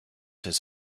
his